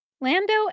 Lando